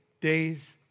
days